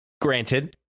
granted